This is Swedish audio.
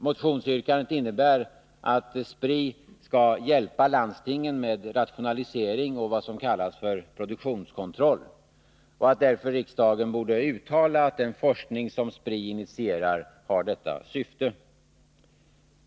Motionsyrkandet innebär att Spri skall hjälpa landstingen med rationalisering och vad som kallas för produktionskontroll samt att därför riksdagen bör uttala att den forskning som Spri initierar har detta syfte.